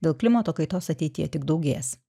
dėl klimato kaitos ateityje tik daugės